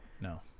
no